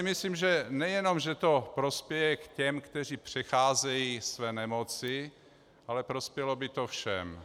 Myslím si, že nejenom že to prospěje těm, kteří přecházejí své nemoci, ale prospělo by to všem.